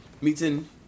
meeting